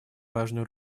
важную